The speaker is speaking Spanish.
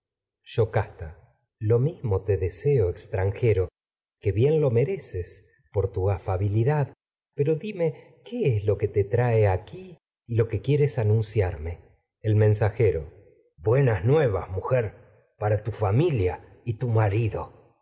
yocasta lo mismo te deseo extranjero que bien que lo mereces por tu afabilidad pero dime qué es lo te trae aquí y lo que quieras anunciarme nuevas el mensajero buenas mujer para tu familia y tu marido